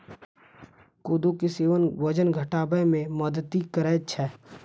कोदो के सेवन वजन घटाबै मे मदति करै छै